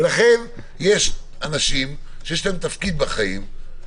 לכן יש אנשים שיש להם תפקיד בחיים,